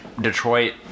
Detroit